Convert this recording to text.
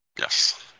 Yes